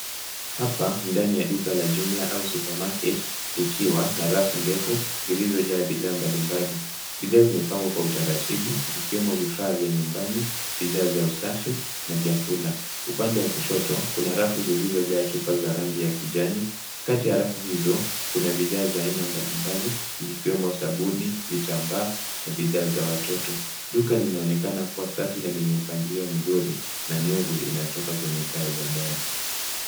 Hapa ni ndani ya duka la jumla au supermarket likiwa na rafu ndefu zilizojaa bidhaa mbalimbali, zingine zimepangwa kwa utaratibu zikiwemo vifaa vya nyumbani. Bidhaa za usafi na vyakula. Upande wa kushoto kuna rafu zilizojaa chupa za rangi ya kijani. Kati ya rafu hizo kuna bidhaa za aina mbalimbali zikiwemo sabuni, vitambaa na bidhaa za watoto. Duka linaonekana kuwa safi na lenye mpangilio mzuri na nuru inatoka kwenye taa za dari.